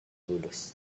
tulus